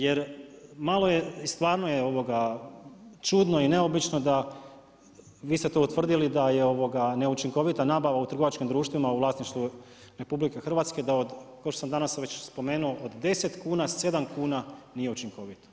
Jer malo je, stvarno je čudno i neobično da, vi ste to utvrdili da je neučinkovita nabava u trgovačkim društvima u vlasništvu RH da od, kao što sam danas već spomenuo, od 10 kuna 7 kuna nije učinkovito.